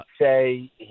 say